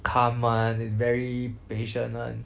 calm one very patient one